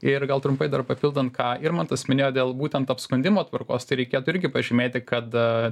ir gal trumpai dar papildant ką irmantas minėjo dėl būtent apskundimo tvarkos tai reikėtų irgi pažymėti kad aaa